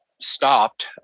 stopped